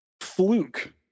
fluke